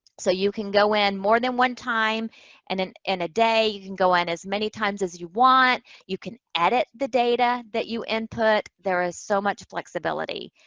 so, you can go in more than one time and in a day. you can go in as many times as you want. you can edit the data that you input. there is so much flexibility.